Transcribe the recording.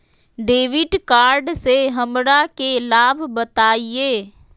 Debit card से हमरा के लाभ बताइए?